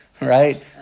Right